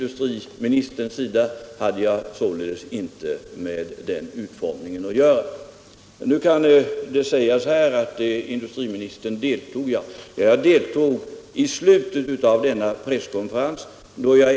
Jag hade således inte med den utformningen att göra. Nu kan det sägas att industriministern deltog i presskonferensen. Ja, jag deltog i slutet av denna presskonferens.